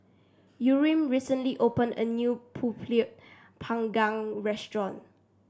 Yurem recently opened a new pulut Panggang restaurant